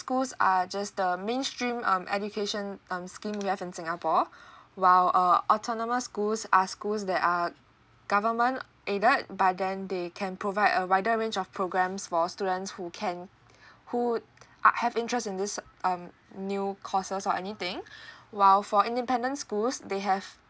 schools are just the mainstream um education um scheme you have in singapore while uh autonomous schools are schools that are government aided but then they can provide a wider range of programs for students who can who uh have interest in this um new courses or anything while for independent schools they have